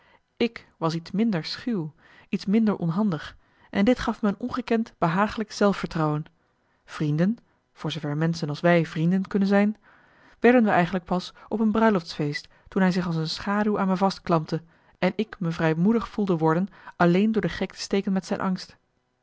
ik was iets minder schuw iets minder onhandig en dit gaf me een ongekend behaaglijk zelfvertrouwen vrienden voor zoover menschen als wij vrienden kunnen zijn werden we eigenlijk pas op een bruiloftsfeest toen hij zich als een schaduw aan me vastklampte en ik me vrijmoedig voelde worden alleen door de gek te steken met zijn angst